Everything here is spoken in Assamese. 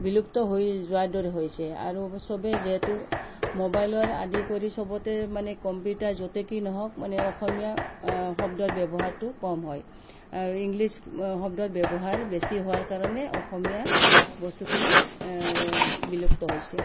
বিলুপ্ত হৈ যোৱাৰ দৰে হৈছে আৰু সবেই যিহেতু মোবাইলৰ আদি কৰি সবতে মানে কম্পিউটাৰ য'তেই কি নহওক মানে অসমীয়া শব্দৰ ব্যৱহাৰটো কম হয় আৰু ইংলিছ শব্দৰ ব্যৱহাৰ বেছি হোৱাৰ কাৰণে অসমীয়া বস্তুখিনি বিলুপ্ত হৈছে